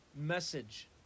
message